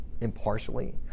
impartially